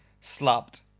slapped